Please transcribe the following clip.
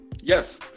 Yes